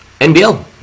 NBL